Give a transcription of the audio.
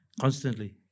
constantly